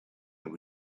and